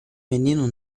menino